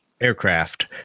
aircraft